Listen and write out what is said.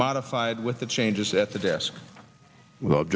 modified with the changes at the desk w